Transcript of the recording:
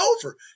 over